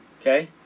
Okay